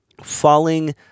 falling